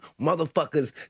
motherfuckers